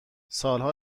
سالها